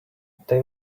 they